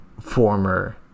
former